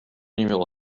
numéro